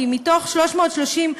כי מתוך 330,